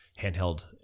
handheld